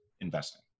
investing